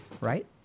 Right